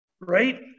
right